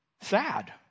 Sad